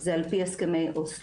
זה על פי הסכמי אוסלו,